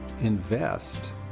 invest